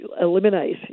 eliminate